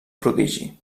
prodigi